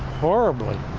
horrible it.